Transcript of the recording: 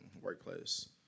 workplace